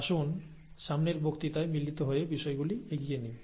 আসুন সামনের বক্তৃতায় মিলিত হয়ে বিষয়গুলি এগিয়ে নেই